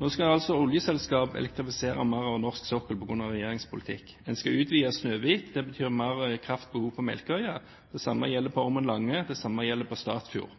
Nå skal oljeselskap elektrifisere mer av norsk sokkel på grunn av regjeringens politikk. En skal utvide Snøhvit. Det betyr mer kraftbehov på Melkøya. Det samme gjelder på Ormen Lange. Det samme gjelder på Statfjord.